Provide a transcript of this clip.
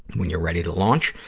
when you're ready to launch,